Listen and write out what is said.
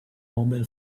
mobile